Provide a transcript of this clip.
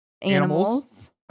Animals